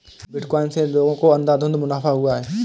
bitcoin से लोगों को अंधाधुन मुनाफा हुआ है